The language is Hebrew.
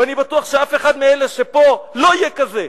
ואני בטוח שאף אחד מאלה שפה לא יהיה כזה.